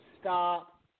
Stop